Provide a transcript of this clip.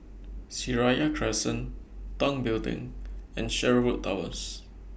Seraya Crescent Tong Building and Sherwood Towers